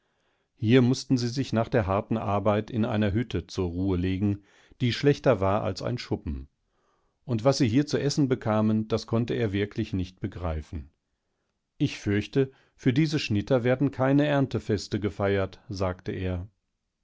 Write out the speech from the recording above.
wasseinemutterinderspeisekammerhatte hiermußten sie sich nach der harten arbeit in einer hütte zur ruhe legen die schlechter war als ein schuppen und was sie hier zu essen bekamen das konnte er wirklich nicht begreifen ich fürchte für diese schnitter werden keine erntefestegefeiert sagteer etwas